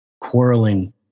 quarreling